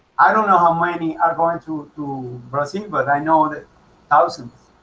i don't know how many are going to to brazil, but i know that thousands